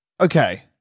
Okay